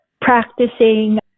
practicing